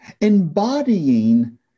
Embodying